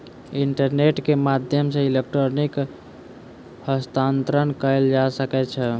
internet के माध्यम सॅ इलेक्ट्रॉनिक हस्तांतरण कयल जा सकै छै